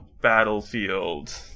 battlefield